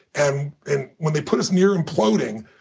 and and when they put us near imploding,